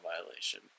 violation